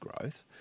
growth